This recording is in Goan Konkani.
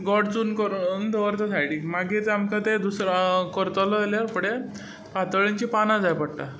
गोड चून करून दवरता सायडीन मागीर आमकां तें करतलो जाल्यार फुडें पातोळ्यांचीं पानां जाय पडटा